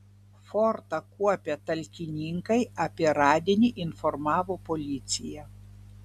fortą kuopę talkininkai apie radinį informavo policiją